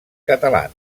catalans